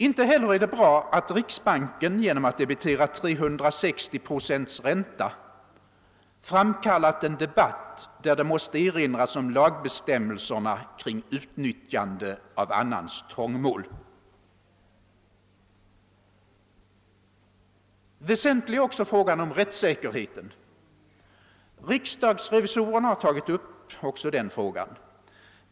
Inte heller är det bra att riksbanken genom att debitera 360 procent ränta framkallat en debatt där det måste erinras om lagbestämmelserna kring utnyttjande av annans trångmål. Väsentlig är också frågan om rättssäkerheten. Riksdagsrevisorerna har tagit upp också denna.